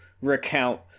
recount